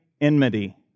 enmity